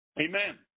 Amen